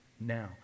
now